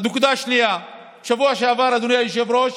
נקודה שנייה, בשבוע שעבר, אדוני היושב-ראש,